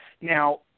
Now